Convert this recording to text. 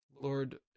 Lord